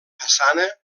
façana